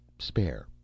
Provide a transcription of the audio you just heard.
spare